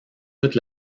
toute